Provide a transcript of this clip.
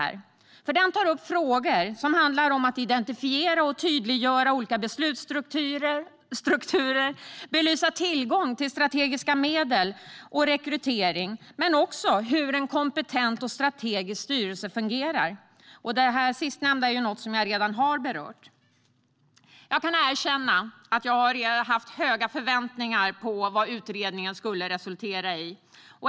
Denna utredning tar upp frågor som att identifiera och tydliggöra olika beslutsstrukturer, belysa tillgång till strategiska medel och rekrytering samt hur en kompetent och strategisk styrelse fungerar. Det sistnämnda är ju något som jag redan har berört. Jag kan erkänna att jag hade höga förväntningar på vad utredningen skulle resultera i.